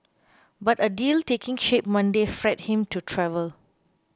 but a deal taking shape Monday freed him to travel